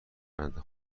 بنده